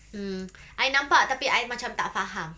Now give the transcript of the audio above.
mm I nampak tapi I macam tak faham